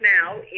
now